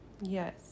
Yes